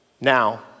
Now